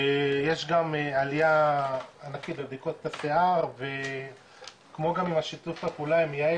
יש גם עלייה ענקית בבדיקות השיער כמו גם עם השיתוף פעולה עם יעל,